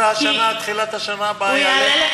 ובתחילת השנה הבאה הוא יעלה,